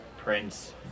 Prince